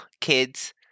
kids